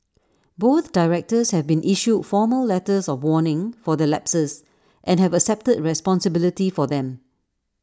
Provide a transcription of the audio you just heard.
both directors have been issued formal letters of warning for their lapses and have accepted responsibility for them